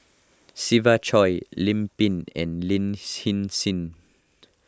Siva Choy Lim Pin and Lin Hsin Hsin